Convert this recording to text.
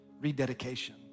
rededication